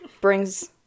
brings